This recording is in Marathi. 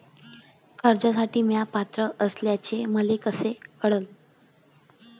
कर्जसाठी म्या पात्र असल्याचे मले कस कळन?